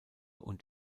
und